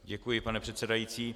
Děkuji, pane předsedající.